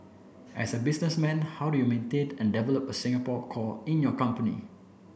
as a businessman how do you maintained and develop a Singapore core in your company